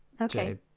Okay